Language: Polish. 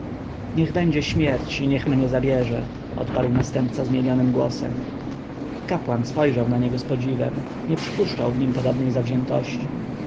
niech będzie śmierć i niech mnie zabierze odparł następca zmienionym głosem kapłan spojrzał na niego z podziwem nie przypuszczał w nim podobnej zawziętości